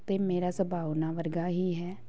ਅਤੇ ਮੇਰਾ ਸੁਭਾਅ ਉਹਨਾਂ ਵਰਗਾ ਹੀ ਹੈ